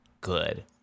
good